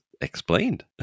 explained